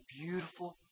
beautiful